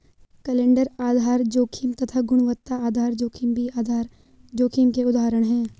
calendar आधार जोखिम तथा गुणवत्ता आधार जोखिम भी आधार जोखिम के उदाहरण है